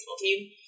team